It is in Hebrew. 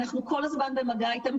אנחנו כל הזמן במגע איתם,